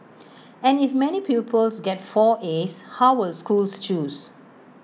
and if many pupils get four as how will schools choose